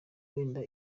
wenda